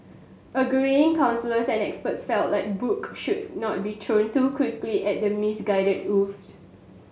agreeing counsellors and experts felt that book should not be thrown too quickly at the misguided youths